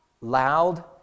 loud